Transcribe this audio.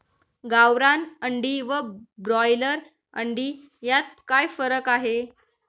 गावरान अंडी व ब्रॉयलर अंडी यात काय फरक आहे?